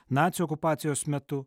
nacių okupacijos metu